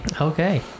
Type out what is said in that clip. Okay